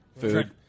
Food